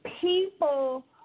people